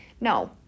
no